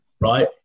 right